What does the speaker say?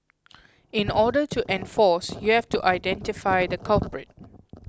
in order to enforce you have to identify the culprit